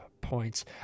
points